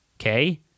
Okay